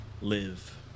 live